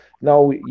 now